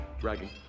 dragging